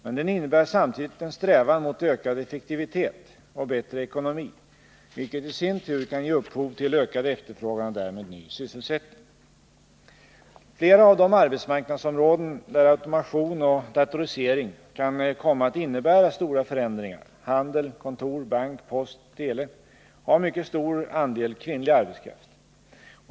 Men det innebär samtidigt en strävan mot ökad effektivitet och bättre ekonomi, vilket i sin tur kan ge upphov till ökad efterfrågan och därmed ny sysselsättning. Flera av de arbetsmarknadsområden där automation och datorisering kan komma att innebära stora förändringar — handel, kontor, bank, post, tele — har mycket stor andel kvinnlig arbetskraft.